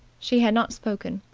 she had not spoken.